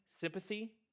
sympathy